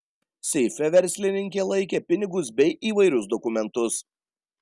seife verslininkė laikė pinigus bei įvairius dokumentus